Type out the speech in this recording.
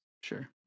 Sure